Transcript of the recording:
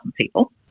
people